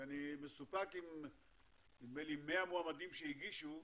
אני מסופק, אם מבין 100 מועמדים שהגישו,